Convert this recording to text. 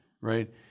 right